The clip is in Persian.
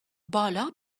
بالا